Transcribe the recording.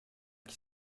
qui